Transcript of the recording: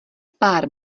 pár